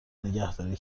نگهداری